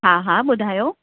हा हा ॿुधायो